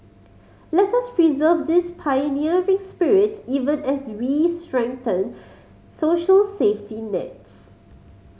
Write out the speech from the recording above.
let us preserve this pioneering spirit even as we strengthen social safety nets